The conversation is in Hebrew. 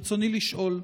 ברצוני לשאול: